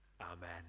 Amen